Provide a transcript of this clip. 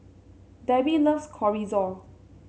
Debbie loves Chorizo